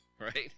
right